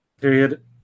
Period